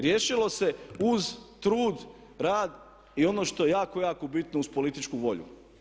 Riješilo se uz trud, rad i ono što je jako, jako bitno uz političku volju.